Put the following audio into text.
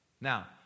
Now